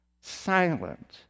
silent